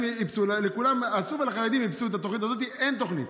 לכולם עשו ולחרדים איפסו את התוכנית, אין תוכנית.